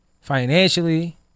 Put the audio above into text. financially